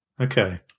Okay